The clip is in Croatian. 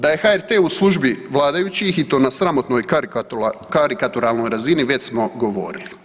Da je u HRT u službi vladajućih i to na sramotnoj karikaturalnoj razini, već smo govorili.